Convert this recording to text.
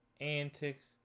antics